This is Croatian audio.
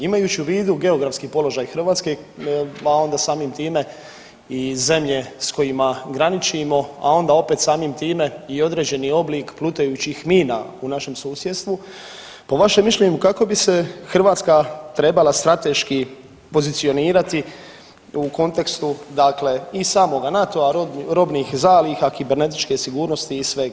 Imajući u vidu geografski položaj Hrvatske pa onda samim time i zemlje s kojima graničimo, a onda opet samim time i određeni oblik plutajućih mina u našem susjedstvu, po vašem mišljenju kako bi se Hrvatska trebala strateški pozicionirati u kontekstu dakle i samoga NATO-a, robnih zaliha, kibernetičke sigurnosti i sveg inog?